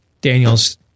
Daniel's